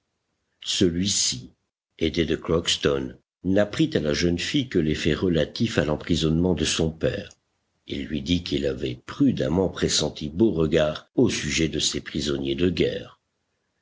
celui-ci aidé de crockston n'apprit à la jeune fille que les faits relatifs à l'emprisonnement de son père il lui dit qu'il avait prudemment pressenti beauregard au sujet de ses prisonniers de guerre